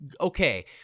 Okay